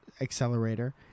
accelerator